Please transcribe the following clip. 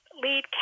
lead